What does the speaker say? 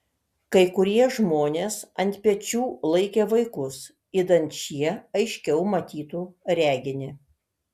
kai kurie žmonės ant pečių laikė vaikus idant šie aiškiau matytų reginį